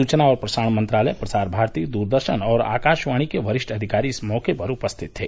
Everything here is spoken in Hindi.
सुचना और प्रसारण मंत्रालय प्रसार भारती दूरदर्शन और आकाशवाणी के वरिष्ठ अधिकारी इस मौके पर उपस्थित थे